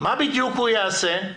מה בדיוק הוא יעשה?